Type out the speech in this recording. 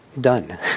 Done